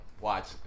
watch